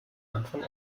anfang